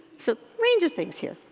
so, range of things here.